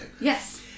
Yes